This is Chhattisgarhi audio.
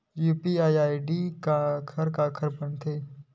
यू.पी.आई आई.डी काखर काखर बनथे?